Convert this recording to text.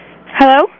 Hello